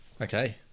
Okay